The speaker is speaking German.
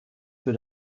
für